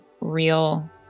real